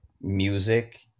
music